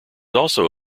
also